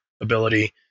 ability